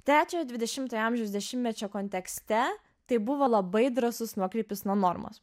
trečiojo dvidešimtojo amžiaus dešimtmečio kontekste tai buvo labai drąsus nuokrypis nuo normos